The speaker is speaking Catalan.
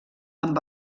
amb